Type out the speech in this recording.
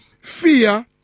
fear